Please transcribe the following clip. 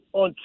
on